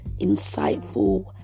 insightful